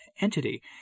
entity